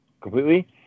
completely